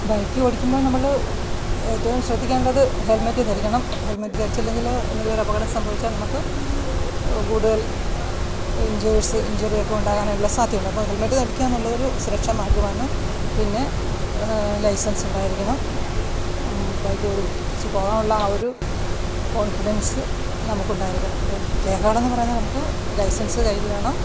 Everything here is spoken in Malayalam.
ബൈക്ക് ഓടിക്കുമ്പോൾ നമ്മൾ ഏറ്റവും ശ്രദ്ധിക്കേണ്ടത് ഹെൽമെറ്റ് ധരിക്കണം ഹെൽമെറ്റ് ധരിച്ചില്ലെങ്കിൽ എന്തെങ്കിലൊരപകടം സംഭവിച്ചാൽ നമുക്ക് കൂടുതൽ ഇഞ്ചുറീസ് ഇഞ്ചുറിയൊക്കെ ഉണ്ടാകാനുള്ള സാദ്ധ്യതയുണ്ട് അപ്പോൾ ഹെൽമെറ്റ് ധരിക്കുകയെന്നുള്ളതൊരു സുരക്ഷാമാർഗ്ഗമാണ് പിന്നെ ലൈസൻസ് ഉണ്ടായിരിക്കണം ബൈക്ക് ഓടിച്ചു പോകാൻ ഉള്ള ആവൊരു കോൺഫിഡൻസ് നമുക്കുണ്ടായിരിക്കണം രേഖകളെന്നു പറയുന്ന നമുക്ക് ലൈസൻസ് കയ്യിൽ വേണം